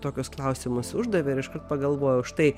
tokius klausimus uždavė ir iškart pagalvojau štai